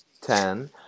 ten